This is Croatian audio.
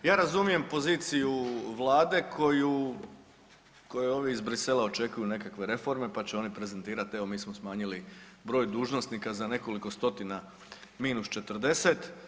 Ja razumijem poziciju Vlade koju ovi iz Bruxellesa očekuju nekakve reforme, pa će oni prezentirati evo mi smo smanjili broj dužnosnika za nekoliko stotina minus 40.